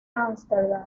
amsterdam